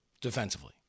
defensively